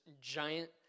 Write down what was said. giant